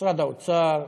משרד האוצר,